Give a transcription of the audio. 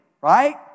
right